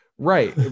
right